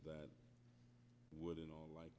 that would in all like